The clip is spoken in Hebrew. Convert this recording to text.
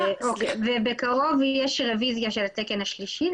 ובקרוב יש רביזיה של התקן השלישי,